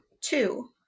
Two